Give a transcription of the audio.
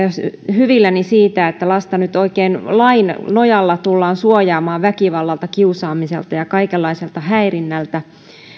hyvilläni siitä että lasta nyt oikein lain nojalla tullaan suojaamaan väkivallalta kiusaamiselta ja kaikenlaiselta häirinnältä